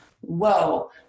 whoa